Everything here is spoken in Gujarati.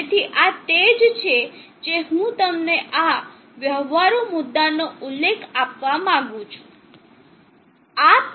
તેથી આ તે જ છે જે હું તમને આ વ્યવહારુ મુદ્દા નો ઉલ્લેખ આપવા માંગું છું